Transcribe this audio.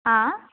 हा